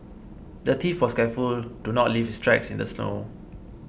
the thief was careful to not leave his tracks in the snow